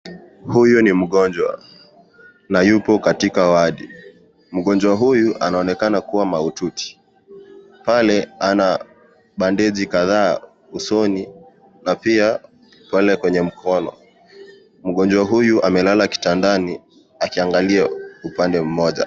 Huyu ni mgonjwa na yuko katika wadi, mgonjwa huyu anaonekana kuwa mahututi, pale ana bandeji kadhaa usoni na pia pale kwenye mkono mgonjwa huyu amelala kitandani akiangalia upande moja.